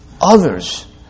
others